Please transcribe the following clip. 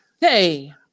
Hey